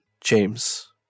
james